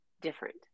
different